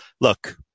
look